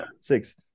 Six